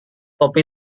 topi